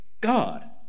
God